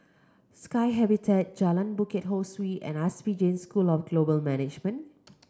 Sky Habitat Jalan Bukit Ho Swee and S P Jain School of Global Management